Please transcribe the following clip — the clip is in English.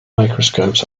microscopes